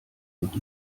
noch